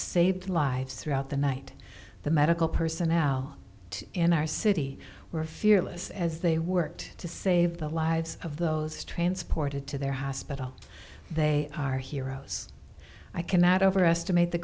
saved lives throughout the night the medical personnel in our city were fearless as they worked to save the lives of those transported to their hospital they are heroes i cannot overestimate the